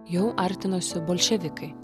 jau artinosi bolševikai